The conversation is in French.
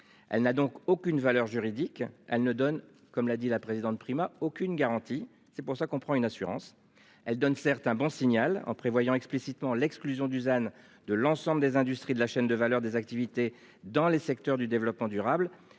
elle n'a donc aucune valeur juridique. Elle ne donne comme l'a dit la présidente Prima aucune garantie. C'est pour ça qu'on prend une assurance elle donne certes un bon signal en prévoyant explicitement l'exclusion Dusan de l'ensemble des industries de la chaîne de valeur des activités dans les secteurs du développement durable.